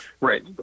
Right